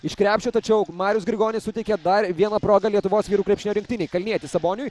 iš krepšio tačiau marius grigonis suteikė dar vieną progą lietuvos vyrų krepšinio rinktinei kalnietis saboniui